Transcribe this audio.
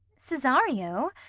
cesario,